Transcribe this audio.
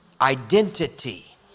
Identity